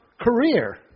career